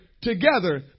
together